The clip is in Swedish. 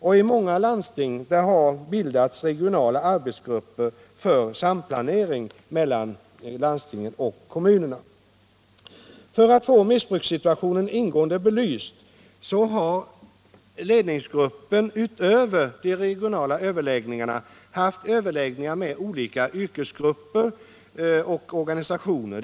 I många landsting har också bildats regionala arbetsgrupper för samplanering mellan landstingen och kommunerna. För att få missbrukssituationen ingående belyst har ledningsgruppen utöver de berörda överläggningarna haft överläggningar med olika yrkesgrupper och organisationer.